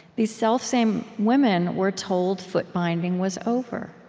these selfsame women were told foot-binding was over.